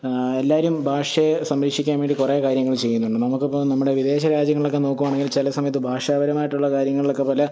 എല്ലാവരും ഭാഷയെ സംരക്ഷിക്കാൻ വേണ്ടി കുറെ കാര്യങ്ങൾ ചെയ്യുന്നുണ്ട് നമുക്ക് ഇപ്പോൾ നമ്മുടെ വിദേശ രാജ്യങ്ങളൊക്കെ നോക്കുകയാണെങ്കിൽ ചില സമയത്ത് ഭാഷാപരമായിട്ടുള്ള കാര്യങ്ങളിലൊക്കെ പല